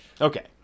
Okay